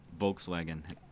Volkswagen